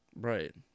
Right